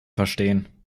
verstehen